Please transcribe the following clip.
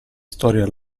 storia